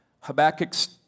Habakkuk's